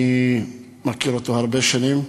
אני מכיר אותו הרבה שנים,